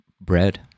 bread